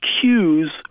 cues